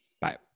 Bye